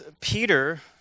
Peter